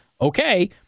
Okay